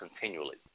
continually